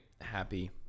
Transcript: happy